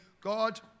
God